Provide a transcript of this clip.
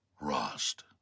Rost